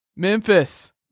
Memphis